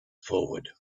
forward